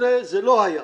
ב-2017 זה לא היה.